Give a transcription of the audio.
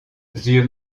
yeux